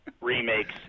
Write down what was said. remakes